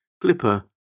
Clipper